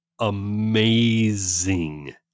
amazing